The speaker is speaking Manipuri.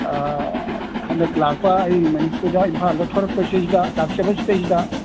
ꯍꯟꯗꯛ ꯂꯥꯛꯄ ꯑꯩ ꯃꯅꯤꯄꯨꯔꯗ ꯏꯝꯐꯥꯜꯗ ꯊꯣꯔꯛꯄꯁꯤꯗꯩꯗ ꯂꯥꯛꯆꯕꯁꯤꯗꯩꯗ